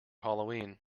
halloween